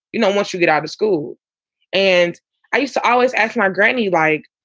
you know, once you get out of school and i used to always ask my granny, like,